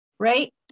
Right